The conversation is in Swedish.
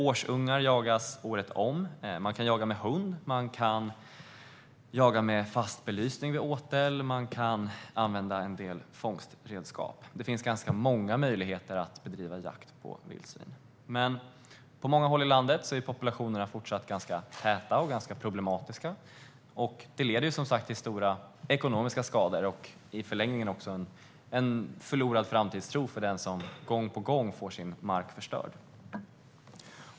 Årsungar jagas året om. Man kan jaga med hund, man kan jaga med fast belysning vid åtel och man kan använda en del fångstredskap. Det finns ganska många möjligheter att bedriva jakt på vildsvin. Men på många håll i landet är populationerna fortsatt ganska täta och problematiska. Det leder, som sagt, till stora ekonomiska skador och i förlängningen också till en förlorad framtidstro för den som gång på gång får sin mark förstörd.